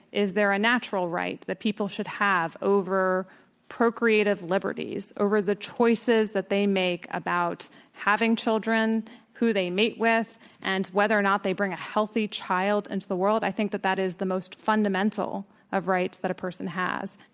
is there a natural right that people should have over procreative liberties, over the choices that they make about having children and who they meet with and whether or not they bring a healthy child into the world, i think that that is the most fundamental of rights that a person has.